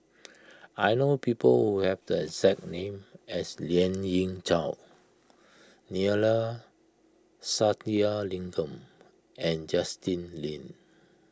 I know people who have the exact name as Lien Ying Chow Neila Sathyalingam and Justin Lean